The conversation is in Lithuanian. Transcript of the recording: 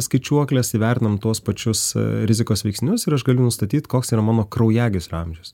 skaičiuoklės įvertinant tuos pačius rizikos veiksnius ir aš galiu nustatyt koks yra mano kraujagyslių amžius